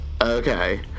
Okay